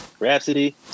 Rhapsody